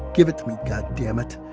give it to me, goddammit.